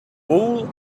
wool